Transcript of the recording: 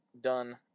done